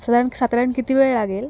साधारण सातारण किती वेळ लागेल